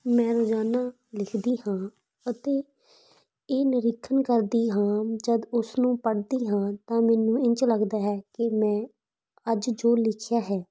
ਮੈਂ ਰੋਜਾਨਾ ਲਿਖਦੀ ਹਾਂ ਅਤੇ ਇਹ ਨਿਰੀਖਣ ਕਰਦੀ ਹਾਂ ਜਦ ਉਸ ਨੂੰ ਪੜਦੀ ਹਾਂ ਤਾਂ ਮੈਨੂੰ ਇੰਝ ਲੱਗਦਾ ਹੈ ਕਿ ਮੈਂ ਅੱਜ ਜੋ ਲਿਖਿਆ ਹੈ